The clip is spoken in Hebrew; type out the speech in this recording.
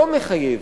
לא מחייב,